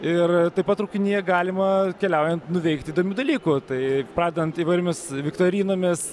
ir taip pat traukinyje galima keliaujant nuveikt įdomių dalykų tai pradedant įvairiomis viktorinomis